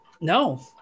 No